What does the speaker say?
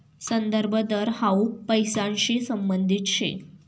संदर्भ दर हाउ पैसांशी संबंधित शे